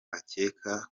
akeka